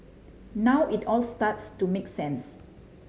now it all starts to make sense